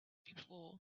before